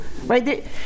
right